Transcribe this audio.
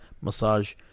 massage